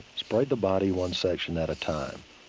spray the body one section at a time.